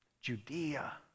Judea